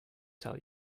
tell